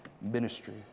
ministry